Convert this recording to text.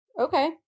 Okay